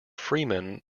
freeman